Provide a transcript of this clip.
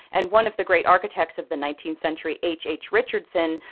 and one of the great architects of the nineteenth century, h h. richardson,